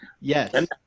Yes